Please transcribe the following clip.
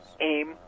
aim